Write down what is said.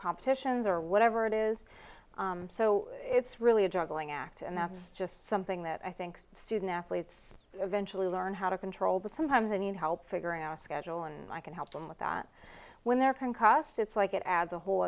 competitions or whatever it is so it's really a juggling act and that's just something that i think student athletes eventually learn how to control but sometimes i need help figuring out a schedule and i can help them with that when they're concussed it's like it adds a whole